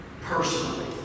personally